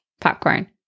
Popcorn